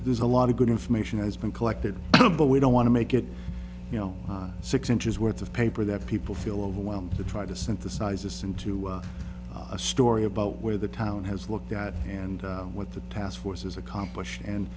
there's a lot of good information has been collected but we don't want to make it you know six inches worth of paper that people feel overwhelmed to try to synthesize this into a story about where the town has looked at and what the task force has accomplished and